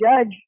judge